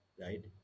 right